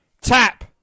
Tap